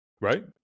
Right